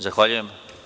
Zahvaljujem.